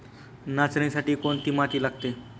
नाचणीसाठी कोणती माती लागते?